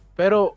pero